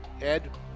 Ed